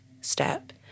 step